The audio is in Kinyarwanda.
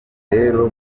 rero